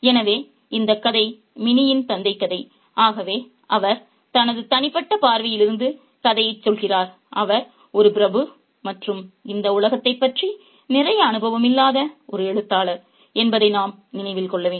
எனவே இந்தக் கதை மினியின் தந்தை கதை அவர் தனது தனிப்பட்ட பார்வையில் இருந்து கதையைச் சொல்கிறார் அவர் ஒரு பிரபு மற்றும் இந்த உலகத்தைப் பற்றி நிறைய அனுபவம் இல்லாத ஒரு எழுத்தாளர் என்பதை நாம் நினைவில் கொள்ள வேண்டும்